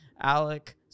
Alec